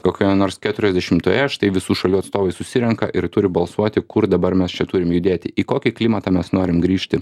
kokioje nors keturiasdešimtoje štai visų šalių atstovai susirenka ir turi balsuoti kur dabar mes čia turim judėti į kokį klimatą mes norim grįžti